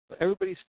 Everybody's